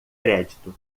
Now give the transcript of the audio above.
crédito